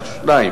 טועה,